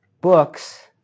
books